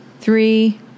Three